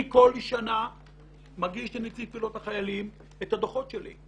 אני מגיש בכל שנה לנציב קבילות החיילים את הדוחות שלי.